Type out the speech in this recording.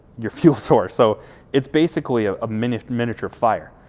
your fuel source. so it's basically a ah mini miniature fire.